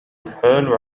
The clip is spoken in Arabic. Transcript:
الحال